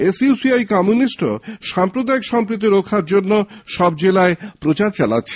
এসইউসিআই কম্যুনিস্টও সাম্প্রদায়িক সম্প্রীতি রক্ষার জন্য সব জেলায় প্রচার চালাচ্ছে